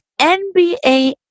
NBA